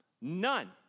none